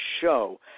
show